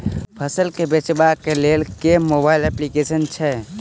फसल केँ बेचबाक केँ लेल केँ मोबाइल अप्लिकेशन छैय?